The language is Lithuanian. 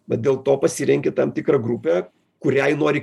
va dėl to pasirenki tam tikrą grupę kuriai nori